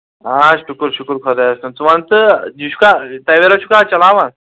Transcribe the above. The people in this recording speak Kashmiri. آ شُکُر شُکُر خۄدایَس کُن ژٕ وَن تہٕ یہِ چھُ کا تَویرا چھُکھ چلاوان